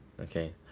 Okay